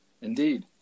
indeed